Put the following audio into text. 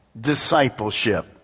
discipleship